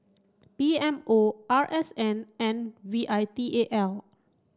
P M O R S N and V I T A L